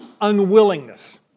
unwillingness